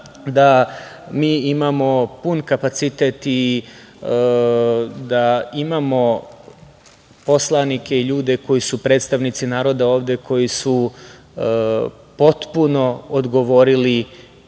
da mi imamo pun kapacitet i da imamo poslanike i ljude koji su predstavnici naroda ovde koji su potpuno odgovorili